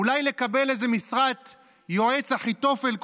אולי לקבל איזה משרת יועץ אחיתופל כלשהו,